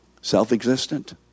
self-existent